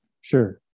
Sure